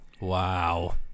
Wow